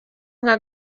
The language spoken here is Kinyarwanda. nka